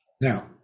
Now